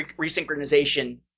Resynchronization